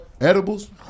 Edibles